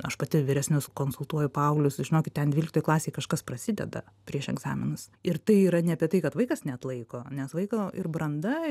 aš pati vyresnius konsultuoju paauglius žinokit ten dvyliktoj klasėj kažkas prasideda prieš egzaminus ir tai yra ne apie tai kad vaikas neatlaiko neatlaiko ir branda